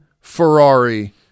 Ferrari